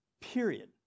period